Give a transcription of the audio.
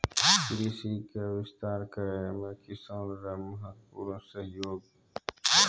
कृषि के विस्तार करै मे किसान रो महत्वपूर्ण सहयोग छै